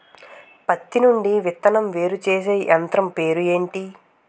పత్తి నుండి విత్తనం వేరుచేసే యంత్రం పేరు ఏంటి